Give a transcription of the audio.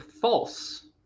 false